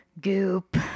Goop